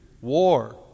war